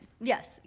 yes